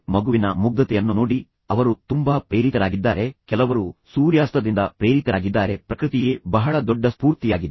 ಮಗುವಿನ ಮುಗ್ಧತೆಯನ್ನು ನೋಡಿ ಅವರು ತುಂಬಾ ಪ್ರೇರಿತರಾಗಿದ್ದಾರೆ ಕೆಲವರು ಸೂರ್ಯಾಸ್ತದಿಂದ ಪ್ರೇರಿತರಾಗಿದ್ದಾರೆ ಪ್ರಕೃತಿಯೇ ಬಹಳ ದೊಡ್ಡ ಸ್ಫೂರ್ತಿಯಾಗಿದೆ